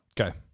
Okay